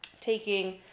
taking